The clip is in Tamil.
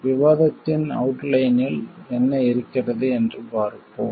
விவாதத்தின் அவுட்லைனில் என்ன இருக்கிறது என்று பார்ப்போம்